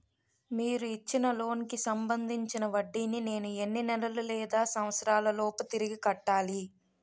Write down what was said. మీరు ఇచ్చిన లోన్ కి సంబందించిన వడ్డీని నేను ఎన్ని నెలలు లేదా సంవత్సరాలలోపు తిరిగి కట్టాలి?